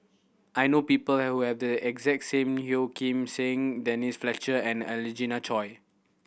I know people who have the exact same Yeo Kim Seng Denise Fletcher and Angelina Choy